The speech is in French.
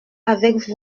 avec